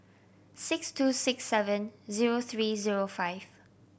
six two six seven zero three zero five